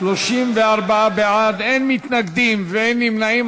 34 בעד, אין מתנגדים ואין נמנעים.